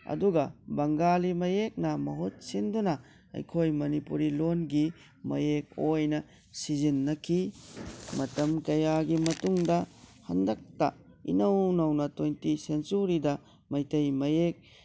ꯑꯗꯨꯒ ꯕꯪꯒꯥꯂꯤ ꯃꯌꯦꯛꯅ ꯃꯍꯨꯠ ꯁꯤꯟꯗꯨꯅ ꯑꯩꯈꯣꯏ ꯃꯅꯤꯄꯨꯔꯤ ꯂꯣꯟꯒꯤ ꯃꯌꯦꯛ ꯑꯣꯏꯅ ꯁꯤꯖꯤꯟꯅꯈꯤ ꯃꯇꯝ ꯀꯌꯥꯒꯤ ꯃꯇꯨꯡꯗ ꯍꯟꯗꯛꯇ ꯏꯅꯧ ꯅꯧꯅ ꯇ꯭ꯋꯦꯟꯇꯤ ꯁꯦꯟꯆꯨꯔꯤꯗ ꯃꯩꯇꯩ ꯃꯌꯦꯛ